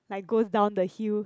like goes down the hill